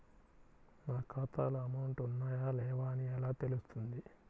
నా ఖాతాలో అమౌంట్ ఉన్నాయా లేవా అని ఎలా తెలుస్తుంది?